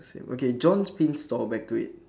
same okay john's pin store back to it